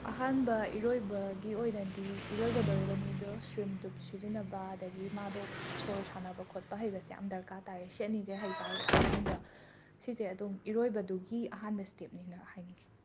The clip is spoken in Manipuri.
ꯑꯍꯥꯟꯕ ꯏꯔꯣꯏꯕꯒꯤ ꯑꯣꯏꯅꯗꯤ ꯏꯔꯣꯏꯒꯗꯧꯔꯤꯕ ꯃꯤꯗꯣ ꯁ꯭ꯋꯤꯝ ꯇꯨꯞ ꯁꯤꯖꯤꯟꯅꯕ ꯑꯗꯒꯤ ꯃꯥꯗꯣ ꯁꯣꯔ ꯁꯥꯟꯅꯕ ꯈꯣꯠꯄ ꯍꯩꯕꯁꯦ ꯌꯥꯝ ꯗꯔꯀꯥꯔ ꯇꯥꯏꯌꯦ ꯁꯤ ꯑꯅꯤꯖꯦ ꯍꯩ ꯇꯥꯔꯗꯤ ꯑꯍꯥꯟꯕ ꯁꯤꯁꯦ ꯑꯗꯨꯝ ꯏꯔꯣꯏꯕꯗꯨꯒꯤ ꯑꯍꯥꯟꯕ ꯁ꯭ꯇꯦꯞꯅꯦꯅ ꯍꯥꯏꯅꯤꯡꯉꯦ